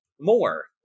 more